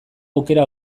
aukera